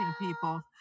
people